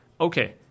okay